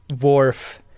Worf